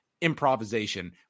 improvisation